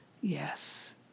yes